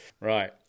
Right